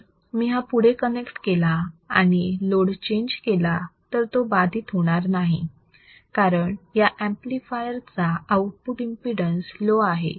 जर मी हा पुढे कनेक्ट केला आणि लोड चेंज केला तर तो बाधित होणार नाही कारण या ऍम्प्लिफायर चा आउटपुट एमपीडन्स लो आहे